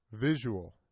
visual